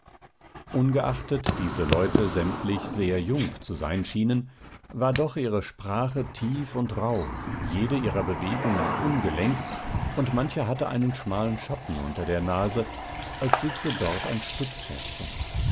ungeachtet diese leute sämtlich sehr jung zu sein schienen war doch ihre sprache tief und rauh jede ihrer bewegungen ungelenk und mancher hatte einen schmalen schatten unter der nase als sitze dort ein